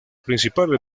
principales